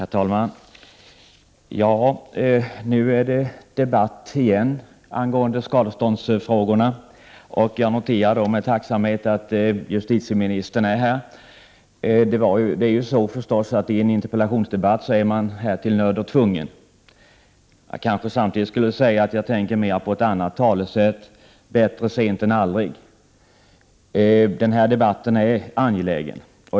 Herr talman! Nu är det debatt angående skadeståndsfrågorna igen, och jag noterar med tacksamhet att justitieministern är här — i en interpellationsdebatt är hon härtill nödd och tvungen. Jag kanske samtidigt skall säga att jag tänker mera på ett annat talesätt: Bättre sent än aldrig. Denna debatt är angelägen.